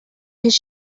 his